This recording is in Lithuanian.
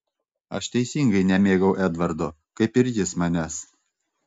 aš teisingai nemėgau edvardo kaip ir jis manęs